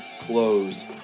closed